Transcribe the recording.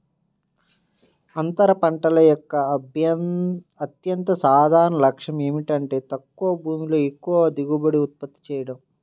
అంతర పంటల యొక్క అత్యంత సాధారణ లక్ష్యం ఏమిటంటే తక్కువ భూమిలో ఎక్కువ దిగుబడిని ఉత్పత్తి చేయడం